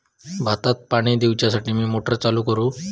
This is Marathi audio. भाताक पाणी दिवच्यासाठी मी मोटर चालू करू?